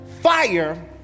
fire